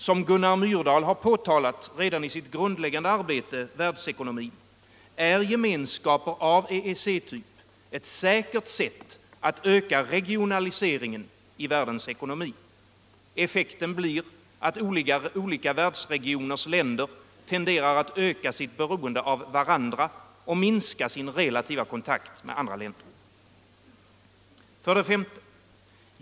Som Gunnar Myrdal påtalat redan i sitt grundläggande arbete Världsekonomi är gemenskaper av EEC-typ ett säkert sätt att öka regionaliseringen i världens ekonomi. Effekten blir att olika världsregioners länder tenderar att öka sitt beroende av varandra och minska sin relativa kontakt med andra länder. 5.